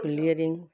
clearing